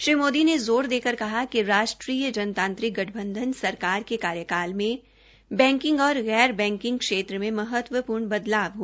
श्री मोदी ने ज़ोर देकर कहा है राष्ट्रीय जनतांत्रिक गठबंधनएनडीए सरकार के कार्यकाल में बैकिंग और गैर बैकिंग क्षेत्र में महत्वपूर्ण बदलाव हये है